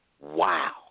wow